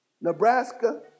Nebraska